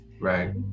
Right